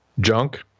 junk